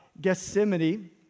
Gethsemane